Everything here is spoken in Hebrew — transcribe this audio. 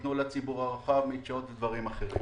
שיפתחו לציבור הרחב, מדשאות ודברים אחרים.